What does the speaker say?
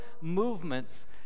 movements